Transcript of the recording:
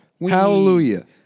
Hallelujah